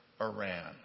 Iran